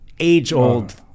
age-old